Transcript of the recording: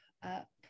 Up